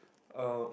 um